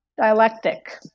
dialectic